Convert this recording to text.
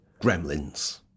Gremlins